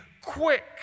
quick